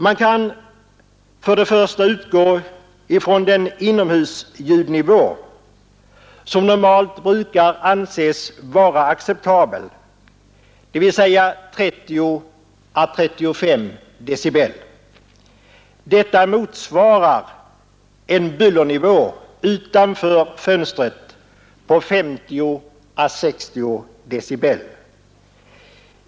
Man kan utgå från den inomhusljudnivå, som normalt brukar anses vara acceptabel, dvs. 30 å 35 decibel. Detta motsvarar en bullernivå utanför fönstret på 50 å 60 decibel.